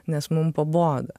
nes mum pabodo